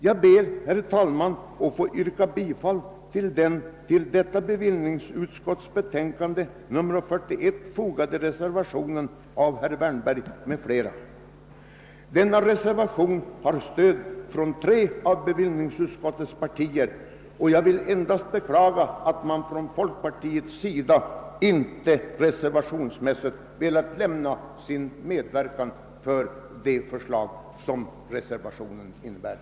Jag ber, herr talman, att få yrka bifall till den vid bevillningsutskottets betänkande fogade reservationen av herr Wärnberg m.fl. Denna reservation har fått stöd från tre av de i bevillningsutskottet representerade partierna. Jag vill endast beklaga att man från folkpartiet inte velat ställa sig bakom reservationsyrkandet.